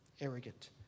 Arrogant